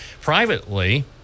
privately